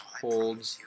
holds